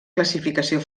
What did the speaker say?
classificació